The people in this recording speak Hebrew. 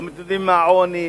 לא מתמודדים עם העוני,